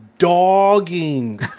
dogging